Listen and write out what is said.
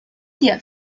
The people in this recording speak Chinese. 斑点